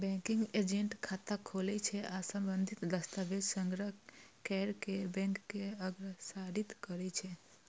banking agent खाता खोलै छै आ संबंधित दस्तावेज संग्रह कैर कें बैंक के अग्रसारित करै छै